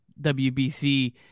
WBC